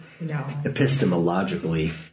epistemologically